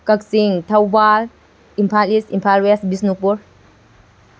Kakching Thoubal Imphal East Imphal West Bishnupur